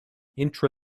intra